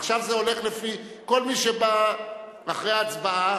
עכשיו זה הולך לפי, כל מי שבא אחרי ההצבעה.